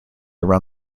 around